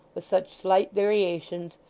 with such slight variations,